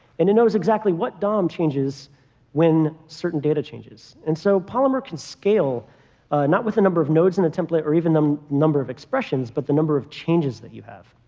and it knows exactly what dom changes when certain data changes. and so polymer can scale not with the number of nodes in the template or even the number of expressions, but the number of changes that you have.